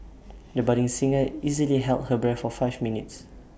the budding singer easily held her breath for five minutes